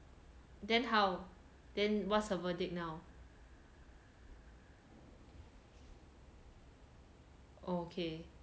then how then what's her verdict now okay